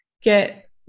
get